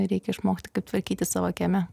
reikia išmokti kaip tvarkytis savo kieme